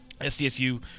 SDSU